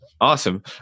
Awesome